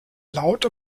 lauter